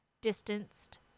distanced